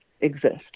Exist